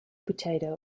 potato